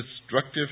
destructive